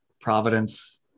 providence